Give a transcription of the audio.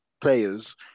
players